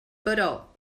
però